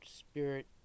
spirit